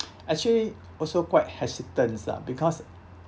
actually also quite hesitant ah because